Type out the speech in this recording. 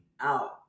out